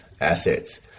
assets